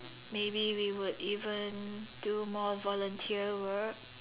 maybe we would even do more volunteer work